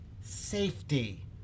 safety